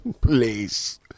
Please